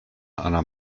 einer